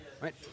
right